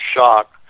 shock